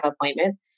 appointments